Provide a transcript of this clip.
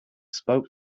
spoke